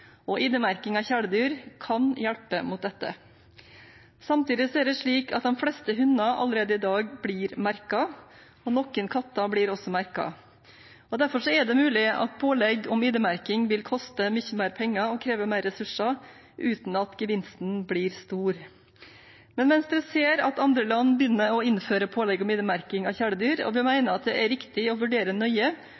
og ID-merking av kjæledyr kan hjelpe mot dette. Samtidig er det slik at de fleste hunder allerede i dag blir merket, og noen katter blir også merket. Derfor er det mulig at pålegg om ID-merking vil koste mye mer penger og kreve mer ressurser – uten at gevinsten blir stor. Men Venstre ser at andre land begynner å innføre pålegg om ID-merking av kjæledyr, og vi